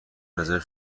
رزرو